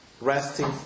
resting